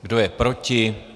Kdo je proti?